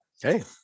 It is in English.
Hey